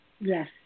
Yes